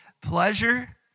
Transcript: pleasure